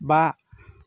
बा